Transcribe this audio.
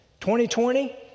2020